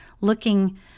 looking